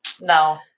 no